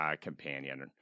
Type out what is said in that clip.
companion